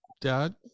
Dad